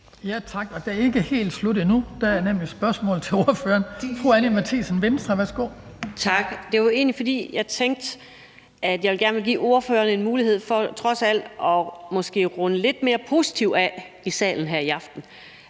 Tak. Det er ikke helt slut endnu. Der er nemlig spørgsmål til ordføreren. Fru Anni Matthiesen, Venstre. Værsgo. Kl. 18:03 Anni Matthiesen (V): Tak. Det er egentlig, fordi jeg tænkte, at jeg gerne ville give ordføreren en mulighed for trods alt måske at runde lidt mere positivt af i salen her i aften.